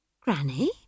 Granny